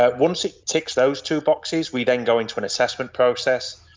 ah once it ticks those two boxes we then go into an assessment process,